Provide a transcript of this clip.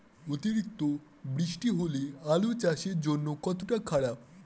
অতিরিক্ত বৃষ্টি হলে আলু চাষের জন্য কতটা খারাপ?